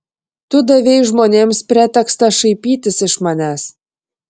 tu davei žmonėms pretekstą šaipytis iš manęs